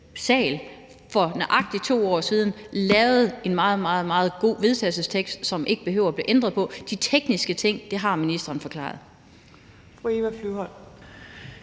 sal for nøjagtig 2 år siden lavet en meget, meget god vedtagelsestekst, som der ikke behøver at blive ændret på. De tekniske ting har ministeren forklaret.